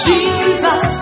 Jesus